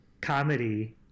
comedy